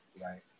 right